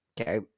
Okay